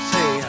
Say